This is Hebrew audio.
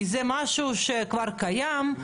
כי זה משהו שכבר קיים,